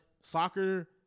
soccer